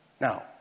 Now